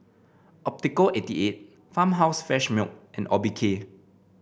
Optical eighty eight Farmhouse Fresh Milk and Obike